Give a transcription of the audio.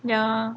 ya